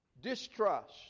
Distrust